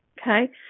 okay